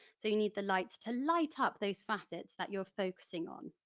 so you need the light to light-up those facets that you're focusing on.